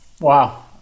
Wow